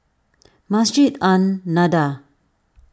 Masjid An Nahdhah